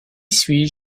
suis